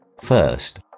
First